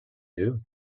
you